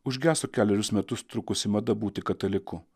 užgeso kelerius metus trukusi mada būti kataliku